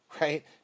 right